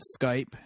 Skype